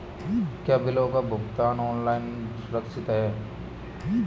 क्या बिलों का ऑनलाइन भुगतान करना सुरक्षित है?